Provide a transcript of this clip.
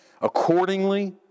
accordingly